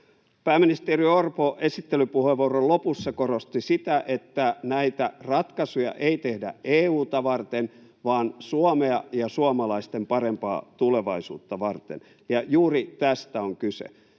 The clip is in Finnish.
Pääministeri Orpo esittelypuheenvuoron lopussa korosti sitä, että näitä ratkaisuja ei tehdä EU:ta varten vaan Suomea ja suomalaisten parempaa tulevaisuutta varten, ja juuri tästä on kyse.